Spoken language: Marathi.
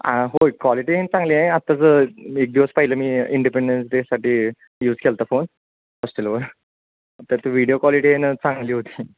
हां होय क्वालिटी आणि चांगली आहे आत्ताच एक दिवस पहिलं मी इंडिपेंडन्स डेसाठी यूज केला होता फोन हॉस्टेलवर तर ती व्हिडीओ क्वालिटी आणि चांगली होती